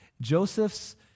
Joseph's